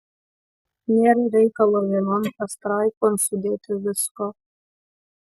nėr reikalo vienon pastraipon sudėti visko